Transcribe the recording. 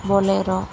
bolero